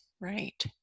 Right